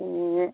ए